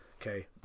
Okay